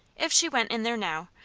if she went in there now,